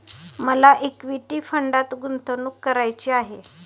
मला इक्विटी फंडात गुंतवणूक करायची आहे